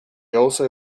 also